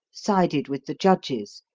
sided with the judges,